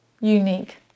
unique